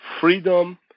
Freedom